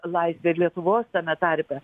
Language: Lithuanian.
laisvę ir lietuvos tame tarpe